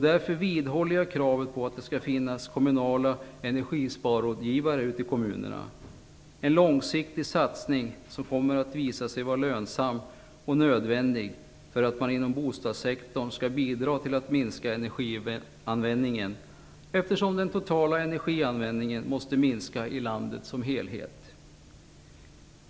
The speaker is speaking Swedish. Därför vidhåller jag kravet på att det skall finnas kommunala energisparrådgivare ute i kommunerna. Det är en långsiktig satsning som kommer att visa sig vara lönsam och nödvändig för att man inom bostadssektorn skall bidra till att minska energianvändningen, eftersom den totala energianvändningen måste minska i landet som helhet.